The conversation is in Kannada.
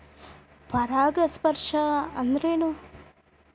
ಪರಾಗಸ್ಪರ್ಶ ಅಂದರೇನು?